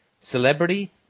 Celebrity